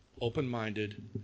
open-minded